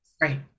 Right